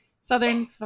Southern